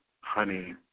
honey